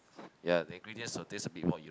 ya the ingredients of these will be more you